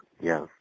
Yes